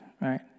right